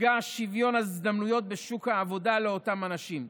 נפגע שוויון ההזדמנויות בשוק עבודה לאותם אנשים.